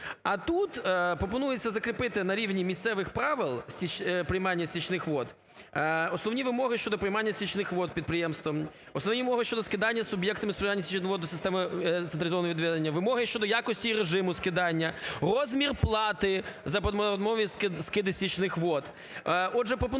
А тут пропонується закріпити на рівні місцевих правил приймання стічних вод основні вимоги щодо приймання стічних вод підприємствами, основні вимоги щодо скидання суб'єктами… стічних вод до системи централізованого відведення, вимоги щодо якості і режиму скидання, розмір плати за відмову від скиду стічних вод.